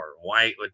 white